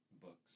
Books